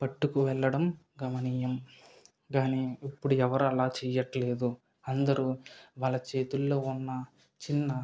పట్టుకువెళ్లడం గమనియం కానీ ఇప్పుడు ఎవరు అలా చేయట్లేదు అందరూ వాళ్ళ చేతుల్లో ఉన్న చిన్న